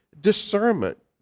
discernment